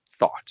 thought